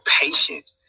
patient